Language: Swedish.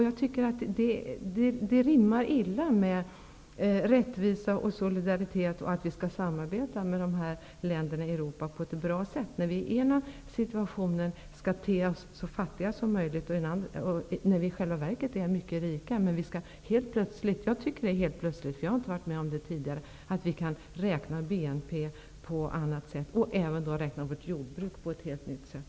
Jag tycker att det rimmar illa med rättvisa, solidaritet och med att vi skall samarbeta med dessa länder i Europa på ett bra sätt när vi i den ena situationen skall te oss så fattiga som möjligt, när vi i själva verket är mycket rika, och i den andra helt plötsligt -- jag tycker att det är helt plötsligt, för jag har inte varit med om det tidigare -- skall räkna BNP på ett annat sätt och även betrakta vårt jordbruk på ett helt nytt sätt.